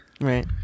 Right